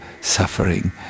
suffering